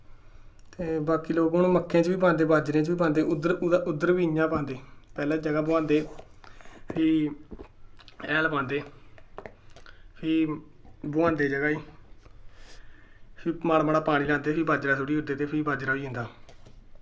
ते बाकी लोग मक्कें च बी पांदे बाजरे च बी पांदे उद्धर बी पांदे पैह्लै जगह बोहांदे फ्ही हैल पांदे फ्ही बोहांदे जगह गी फ्ही माड़ा माड़ा पानी लांदे ते फ्ही बाजरा सुट्टी ओड़दे ते फ्ही बाजरा होई जंदा